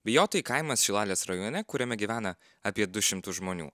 bijotai kaimas šilalės rajone kuriame gyvena apie du šimtus žmonių